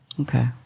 Okay